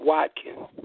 Watkins